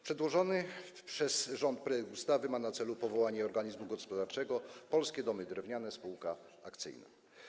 Przedłożony przez rząd projekt ustawy ma na celu powołanie organizmu gospodarczego Polskie Domy Drewniane Spółka Akcyjna.